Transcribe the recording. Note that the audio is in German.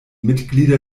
mitglieder